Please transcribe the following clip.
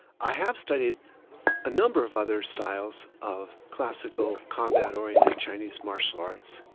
i have studied a number of other styles of classical combat oriented chinese martial arts.